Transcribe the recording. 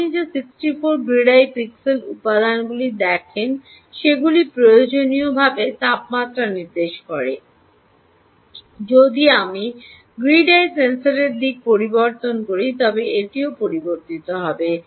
আপনি যে 64 grid eye pixel উপাদানগুলি দেখেন সেগুলি প্রয়োজনীয়ভাবে তাপমাত্রা নির্দেশ করে যদি আমি গ্রিড আই সেন্সরের দিক পরিবর্তন করি তবে এটিও পরিবর্তিত হবে